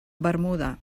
bermuda